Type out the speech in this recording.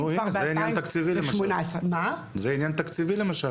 נו, הנה, זה עניין תקציבי למשל.